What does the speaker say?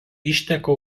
išteka